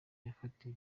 yakatiwe